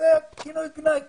מילת גנאי כזו.